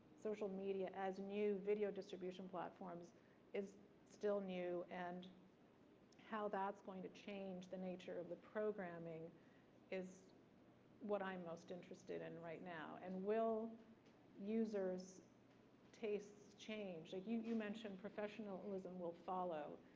social media as new video distribution platforms is still new, and how that's going to change the nature of the programming is what i'm most interested in right now. and will users' taste change? like you you mentioned professionalism will follow.